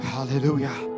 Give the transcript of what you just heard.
Hallelujah